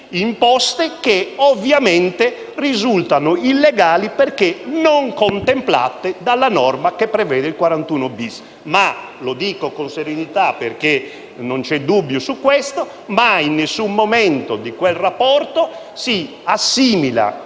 imposti che, ovviamente, risultano illegali perché non contemplati dalla norma che prevede il 41-*bis*. Dico però con serenità, perché non c'è dubbio su questo, che mai, in alcun momento di quel rapporto, si assimila